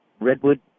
Redwood